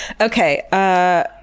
Okay